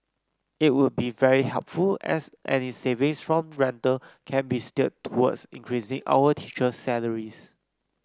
it would be very helpful as any savings from rental can be steered towards increasing our teacher's salaries